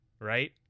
right